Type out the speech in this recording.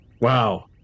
Wow